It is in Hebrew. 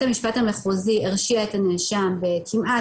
ובית המפשט המחוזי הרשיע את הנאשם בכמעט